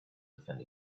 defend